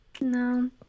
No